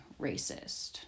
racist